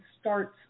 starts